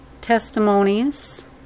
testimonies